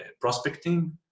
prospecting